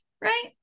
Right